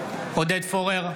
פורר,